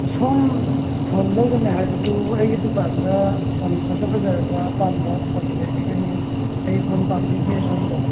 ꯁꯣꯝ ꯐꯣꯟ ꯂꯧꯒꯅꯤ ꯍꯥꯏꯕꯗꯨ ꯑꯩꯒꯤ ꯗꯨꯀꯥꯟꯗ ꯐꯣꯟ ꯐꯖ ꯐꯖꯔꯕ ꯑꯄꯥꯝꯕ ꯐꯣꯟ ꯂꯩꯕꯤꯒꯅꯤ ꯀꯩ ꯐꯣꯟ ꯄꯥꯝꯕꯤꯒꯦ ꯁꯣꯝꯕꯣ